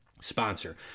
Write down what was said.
sponsor